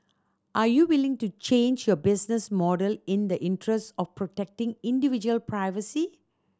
are you willing to change your business model in the interest of protecting individual privacy